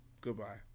goodbye